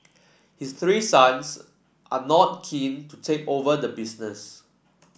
his three sons are not keen to take over the business